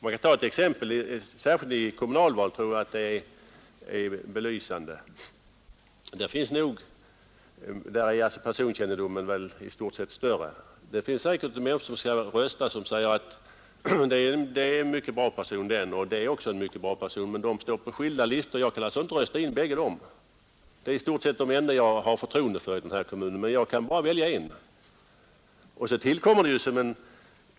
Jag skall ta ett exempel, som jag tror är belysande, särskilt vid kommunalval, där personkännedomen i stort sett är större än vid riksdagsvalen. Det finns säkert människor som säger: Den är en mycket bra person, och den är också en mycket bra person, men de står på skilda listor, och jag kan alltså inte rösta in bägge. Dessa båda är i stort sett de enda som jag har förtroende för i den här kommunen, men jag kan bara välja en av dem.